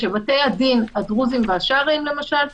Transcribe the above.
היא שלבתי הדין הדרוזיים והשרעיים למשל,